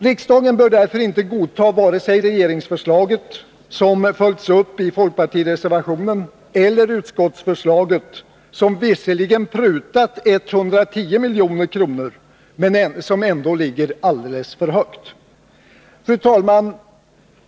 Riksdagen bör därför inte godta vare sig regeringsförslaget som följts upp i folkpartireservationen eller utskottsförslaget, där det visserligen prutats 110 milj.kr., men som ändå ligger alldeles för högt. Fru talman!